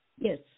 Yes